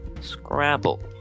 Scrabble